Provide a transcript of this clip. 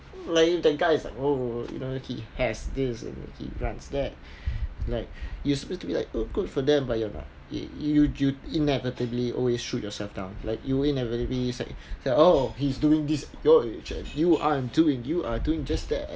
like that guy is like oh you know he has this like he runs that it's like you're supposed to be like um good for them but you're not it you inevitably always shoot yourself down like you inevitably say oh he's doing this at your age and you aren't doing you are doing just that